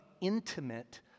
intimate